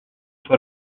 for